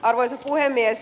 arvoisa puhemies